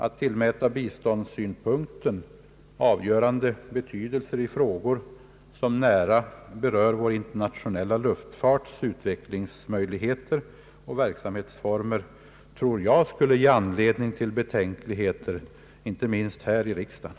Att tillmäta biståndssynpunkten avgörande betydelse i frågor som nära berör vår internationella luftfarts utvecklingsmöjligheter och verksamhetsformer skulle enligt min uppfattning ge anledning till betänkligheter inte minst här i riksdagen.